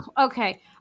okay